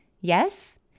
Yes